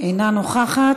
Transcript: אינה נוכחת.